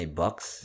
bucks